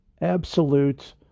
Absolute